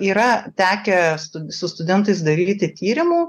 yra tekę stud su studentais daryti tyrimų